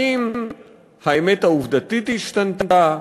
האם האמת העובדתית השתנתה?